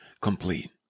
complete